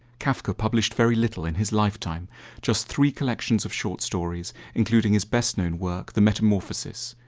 kafka published very little in his lifetime just three collections of short stories including his best-known work, the metamorphosis,